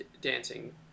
dancing